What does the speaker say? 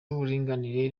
w’uburinganire